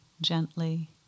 gently